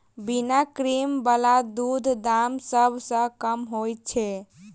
बिना क्रीम बला दूधक दाम सभ सॅ कम होइत छै